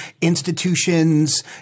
institutions